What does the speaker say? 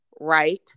right